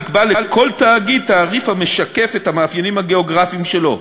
נקבע לכל תאגיד תעריף המשקף את המאפיינים הגיאוגרפיים שלו,